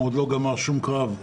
הוא עוד לא גמר שום קרב,